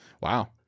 Wow